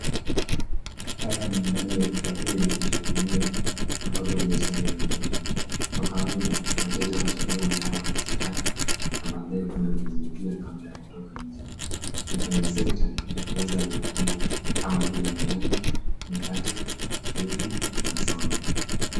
Hapa ni ndani ya duka kuu la kujihudumia ambapo biashara inaendelea. Kwa kawaida, wateja huchagua bidhaa wanazotaka, na baadaye kuenda kujilipia kabla ya kutoka nje. Ni kwenye sekta ya kuuza vyakula kama vile mayai, mikate, keki na soda.